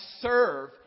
serve